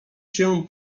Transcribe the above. się